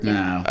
no